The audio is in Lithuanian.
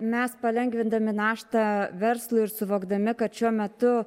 mes palengvindami naštą verslui ir suvokdami kad šiuo metu